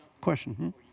question